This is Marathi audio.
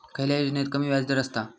खयल्या योजनेत कमी व्याजदर असता?